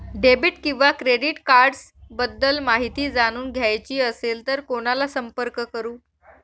Debit किंवा credit cards बद्दल माहिती जाणून घ्यायची असेल तर कोणाला संपर्क करु?